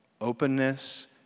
openness